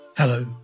Hello